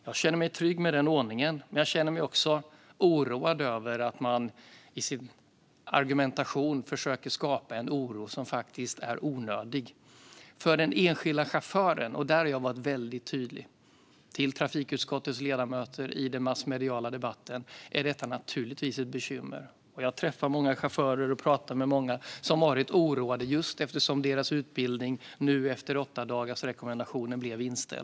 Jag känner mig trygg med den ordningen, men jag känner mig också oroad över att man i sin argumentation försöker skapa en oro som faktiskt är onödig. För den enskilda chauffören är detta naturligtvis ett bekymmer - där har jag varit väldigt tydlig gentemot trafikutskottets ledamöter och i den massmediala debatten. Jag har träffat och pratat med många chaufförer som varit oroade eftersom deras utbildning blev inställd efter åttadagarsrekommendationen.